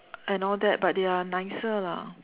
and all that but they are nicer lah